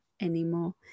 anymore